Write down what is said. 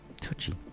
touchy